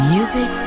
Music